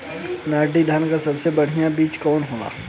नाटी धान क सबसे बढ़िया बीज कवन होला?